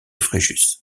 fréjus